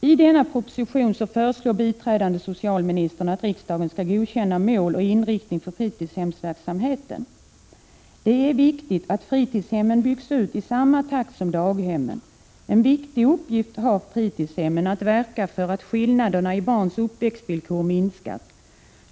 I denna proposition föreslår biträdande socialministern att riksdagen skall godkänna mål och inriktning av fritidshemsverksamheten. Det är viktigt att fritidshemmen byggs ut i samma takt som daghemmen. En viktig uppgift har fritidshemmen i att verka för att skillnader i barns uppväxtvillkor minskas.